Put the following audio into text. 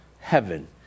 heaven